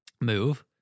move